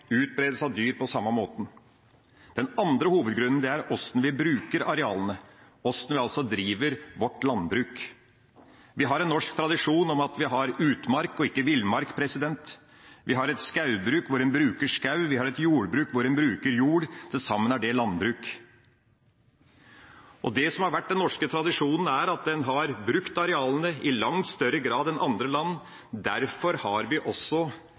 av dyr på samme måten. Den andre hovedgrunnen er hvordan vi bruker arealene, hvordan vi driver vårt landbruk. Vi har en norsk tradisjon for at vi har utmark og ikke villmark. Vi har et skogbruk hvor en bruker skog. Vi har et jordbruk hvor en bruker jord. Til sammen er det landbruk. Det som har vært den norske tradisjonen, er at en har brukt arealene i langt større grad enn andre land. Derfor har vi også